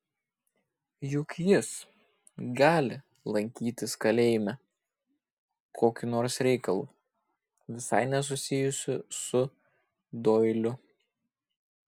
juk jis gali lankytis kalėjime kokiu nors reikalu visai nesusijusiu su doiliu